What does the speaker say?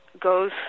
goes